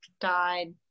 died